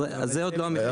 זה עוד לא המחירים.